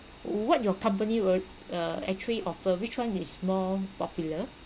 what your company will uh actually offer which one is more popular